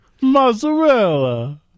mozzarella